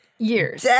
years